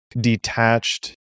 detached